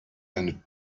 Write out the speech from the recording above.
eine